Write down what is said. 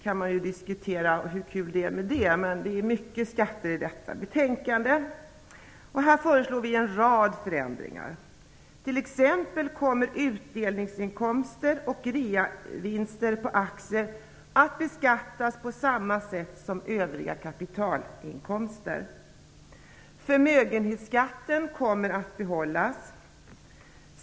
Man kan diskutera hur kul det är. Men det är ju mycket skatter i detta betänkande. Vi föreslår en rad förändringar. T.ex. kommer utdelningsinkomster och reavinster på aktier att beskattas på samma sätt som övriga kapitalinkomster. Förmögenhetsskatten kommer att behållas.